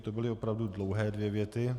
To byly opravdu dlouhé dvě věty.